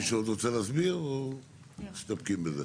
מישהו עוד רוצה להסביר או מסתפקים בזה?